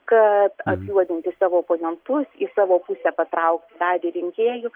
kad apjuodinti savo oponentus į savo pusę patraukti dalį rinkėjų